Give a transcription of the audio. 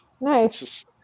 nice